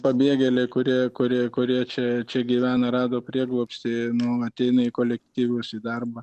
pabėgėliai kurie kurie kurie čia čia gyvena rado prieglobstį nu ateina į kolektyvus į darbą